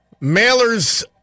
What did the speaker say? Mailer's